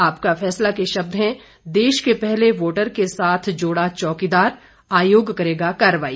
आपका फैसला के शब्द हैं देश के पहले वोटर के साथ जोड़ा चौकीदार आयोग करेगा कार्रवाई